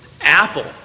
Apple